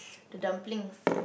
the dumplings